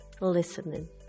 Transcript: listening